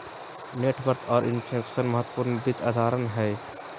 net worth आर inflation महत्वपूर्ण वित्त अवधारणा हय